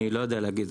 אני לא יודע להגיד,